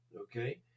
okay